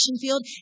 field